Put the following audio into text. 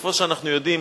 כמו שאנחנו יודעים,